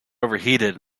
overheated